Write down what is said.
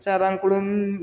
सारांकडून